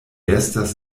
estas